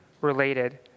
related